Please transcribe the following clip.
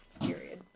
period